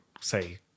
say